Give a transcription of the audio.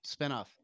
Spinoff